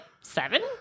seven